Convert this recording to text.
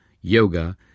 yoga